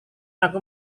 aku